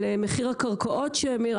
על מחיר הקרקעות מאמירים,